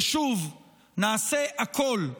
ושוב, נעשה הכול,